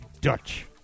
Dutch